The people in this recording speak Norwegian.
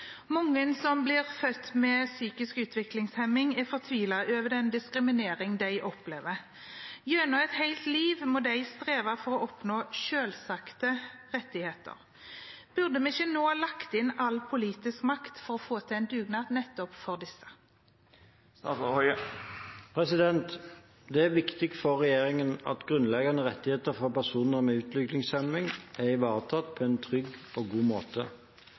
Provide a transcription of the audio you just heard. som blir født med psykisk utviklingshemming, er fortvilet over den diskrimineringen de opplever. Gjennom et helt liv må de streve for å oppnå selvfølgelige rettigheter. Burde vi ikke sette inn all politisk makt på å få til en dugnad for dem?» Det er viktig for regjeringen at grunnleggende rettigheter for personer med utviklingshemning er ivaretatt på en trygg og god måte.